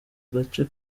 gace